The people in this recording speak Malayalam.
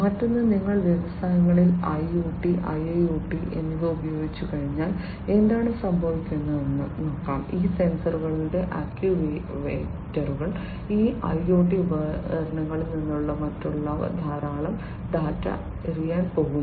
മറ്റൊന്ന് നിങ്ങൾ വ്യവസായങ്ങളിൽ IoT IIoT എന്നിവ ഉപയോഗിച്ചുകഴിഞ്ഞാൽ എന്താണ് സംഭവിക്കുന്നത് ഈ സെൻസറുകൾ ആക്യുവേറ്ററുകൾ ഈ IoT ഉപകരണങ്ങളിൽ നിന്നുള്ള മറ്റുള്ളവ ധാരാളം ഡാറ്റ എറിയാൻ പോകുന്നു